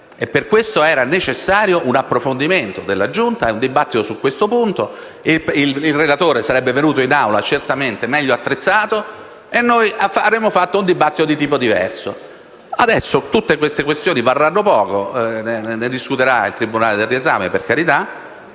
Per questo erano necessari un approfondimento della Giunta e un dibattito sul punto. Il relatore sarebbe venuto in Assemblea certamente meglio attrezzato e noi avremmo svolto un dibattito di tipo diverso. Ora, tutte queste questioni varranno poco, ne discuterà il tribunale per il riesame - per carità